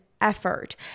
effort